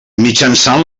mitjançant